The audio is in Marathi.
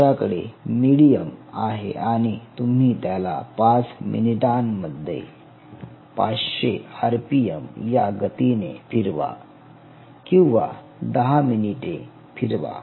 तुमच्याकडे मिडीयम आहे आणि तुम्ही त्याला 5 मिनिटांमध्ये 500 आरपीएम या गतीने फिरवा किंवा दहा मिनिटे फिरवा